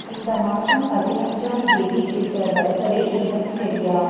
இந்த மாதம் பதினைஞ்சாம் தேதி இருக்கிற பர்த்தடே ஈவெண்ட் சரியா